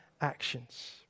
actions